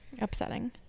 Upsetting